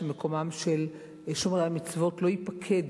מקומם של שומרי המצוות לא ייפקד,